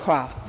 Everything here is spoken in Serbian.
Hvala.